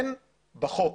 אין בחוק,